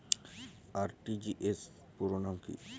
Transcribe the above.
RTGS পুরো নাম কি?